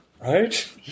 Right